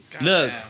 Look